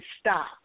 stop